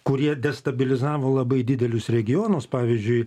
kurie destabilizavo labai didelius regionus pavyzdžiui